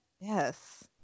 Yes